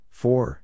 four